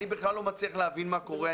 אני בכלל לא מצליח להבין מה קורה.